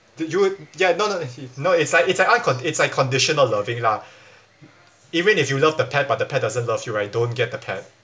did you ya no no it no it's like it's like uncon~ it's like conditional loving lah even if you love the pet but the pet doesn't love you right don't get the pet